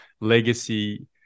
legacy